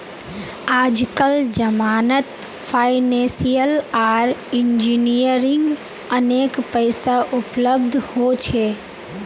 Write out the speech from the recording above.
आजकल जमानत फाइनेंसियल आर इंजीनियरिंग अनेक पैसा उपलब्ध हो छे